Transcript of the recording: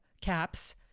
caps